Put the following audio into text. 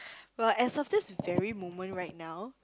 well as of this very moment right now